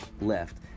left